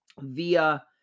via